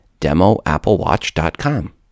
demoapplewatch.com